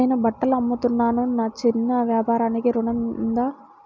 నేను బట్టలు అమ్ముతున్నాను, నా చిన్న వ్యాపారానికి ఋణం ఉందా?